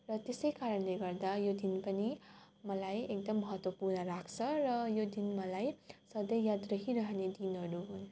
र त्यसैकारणले गर्दा यो दिन पनि मलाई एकदम महत्त्वपूर्ण लाग्छ र यो दिन मलाई सधैँ याद रहिरहने दिनहरू हुन्